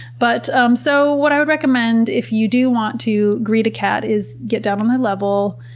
but um so what i would recommend if you do want to greet a cat is get down on their level,